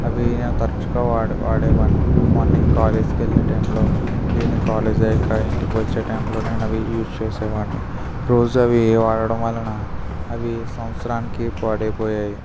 అవి నే తరచుగా వాడే వాడేవాడిని మార్నింగ్ కాలేజ్కి వెళ్లే టైంలో ఈవెనింగ్ కాలేజ్ అయ్యాక ఇంటికి వచ్చే టైంలో నేను అవి యూస్ చేసేవాడిని రోజు అవి వాడడం వలన అవి సంవత్సరానికి పాడై పోయాయి